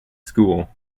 school